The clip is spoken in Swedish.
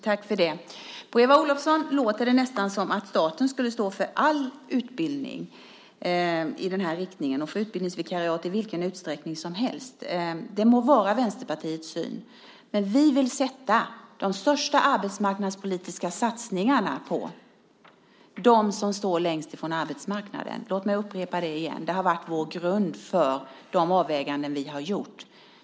Herr talman! På Eva Olofsson låter det nästan som om staten skulle stå för all utbildning av det här slaget och för utbildningsvikariat i vilken omfattning som helst. Det må vara Vänsterpartiets syn, men vi vill göra de största arbetsmarknadspolitiska satsningarna på dem som står längst ifrån arbetsmarknaden. Det har varit grunden för de avvägningar vi har gjort.